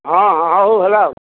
ହଁ ହଉ ହେଲା ଆଉ